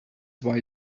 why